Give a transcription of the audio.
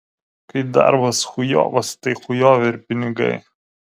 kai darbas chujovas tai chujovi ir pinigai